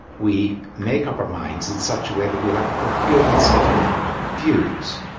we make up our minds in such a way that we'll have a coherent and set of views,